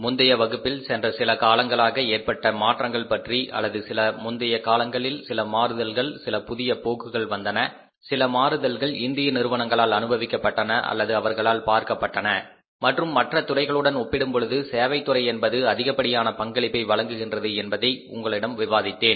முந்தைய வகுப்பில் சென்ற சில காலங்களாக ஏற்பட்ட மாற்றங்களைப் பற்றி அல்லது சில முந்தைய காலங்களில் சில மாறுதல்கள் சில புதிய போக்குகள் வந்தன சில மாறுதல்கள் இந்திய நிறுவனங்களால் அனுபவிக்கப்பட்டன அல்லது அவர்களால் பார்க்கப்பட்டன மற்றும் மற்ற துறைகளுடன் ஒப்பிடும் பொழுது சேவைத்துறை என்பது அதிகப்படியான பங்களிப்பை வழங்குகின்றது என்பதை பற்றி உங்களிடம் விவாதித்தேன்